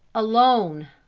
alone!